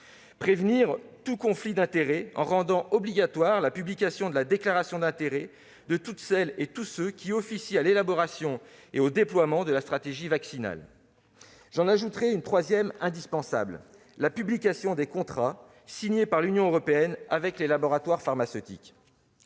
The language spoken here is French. prévenir tout conflit d'intérêts, en rendant obligatoire la publication de la déclaration d'intérêts de toutes celles et tous ceux qui officient à l'élaboration et au déploiement de la stratégie vaccinale. J'en ajouterai une troisième, indispensable : la publication des contrats signés par l'Union européenne avec les laboratoires pharmaceutiques.